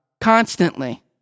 Constantly